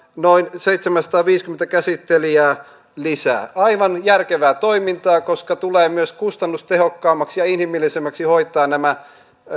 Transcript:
noin seitsemänsataaviisikymmentä käsittelijää lisää aivan järkevää toimintaa koska tulee myös kustannustehokkaammaksi ja inhimillisemmäksi hoitaa nämä